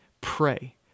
pray